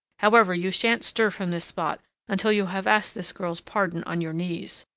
however, you shan't stir from this spot until you have asked this girl's pardon on your knees.